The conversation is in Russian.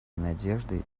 надеждой